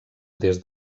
des